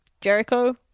Jericho